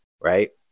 right